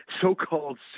so-called